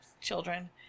Children